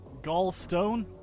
Gallstone